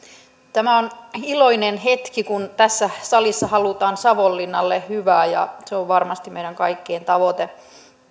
tämä on iloinen hetki kun tässä salissa halutaan savonlinnalle hyvää ja se on varmasti meidän kaikkien tavoite